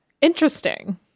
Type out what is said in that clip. Interesting